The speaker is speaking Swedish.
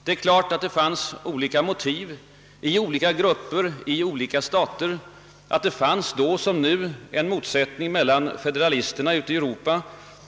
Naturligtvis fanns det inom skilda grupper och stater olika motiv, och det rådde då som nu en motsättning mellan federalisterna ute i Europa